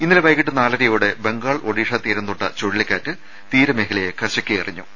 ഇന്നലെ വൈകിട്ട് നാലരയോടെ ബംഗാൾ ഒഡീഷ തീരംതൊട്ട ചുഴലിക്കാറ്റ് തീരമേഖലയെ കശക്കിയെറിഞ്ഞു